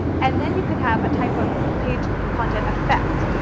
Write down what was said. and then you can have a type of page content effect.